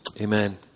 Amen